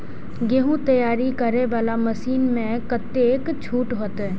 गेहूं तैयारी करे वाला मशीन में कतेक छूट होते?